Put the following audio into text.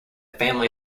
family